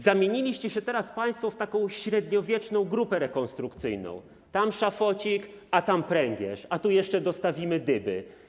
Zamieniliście się teraz państwo w taką średniowieczną grupę rekonstrukcyjną: tam szafocik, tam pręgierz, a tu jeszcze dostawimy dyby.